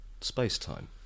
space-time